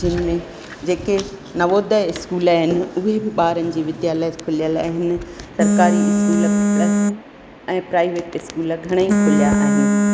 जिन में JK Navodaya school आहिनि उहे बि ॿारनि जी विद्दा लाइ आहिनि ऐं प्राइविट स्कूल घणेई खुलिया आहिनि